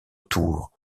tours